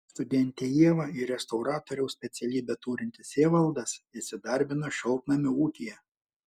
studentė ieva ir restauratoriaus specialybę turintis evaldas įsidarbino šiltnamių ūkyje